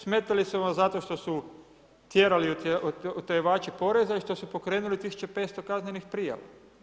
Smetali su vam zato što su tjerali utjerivači poreza i što su pokrenuli 1500 kaznenih prijava.